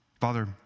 Father